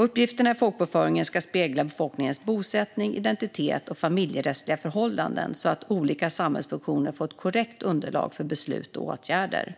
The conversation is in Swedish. Uppgifterna i folkbokföringen ska spegla befolkningens bosättning, identitet och familjerättsliga förhållanden så att olika samhällsfunktioner får ett korrekt underlag för beslut och åtgärder.